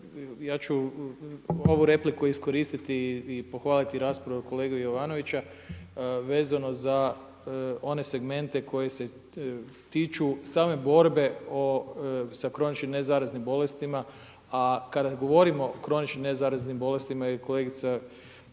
ja ću ovu repliku iskoristiti i pohvaliti raspravu kolege Jovanovića vezano za one segmente koji se tiču same borbe sa kroničnim nezaraznim bolestima. A kada govorimo o kroničnim nezaraznim bolestima jer je kolegica